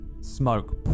smoke